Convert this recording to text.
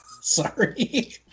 Sorry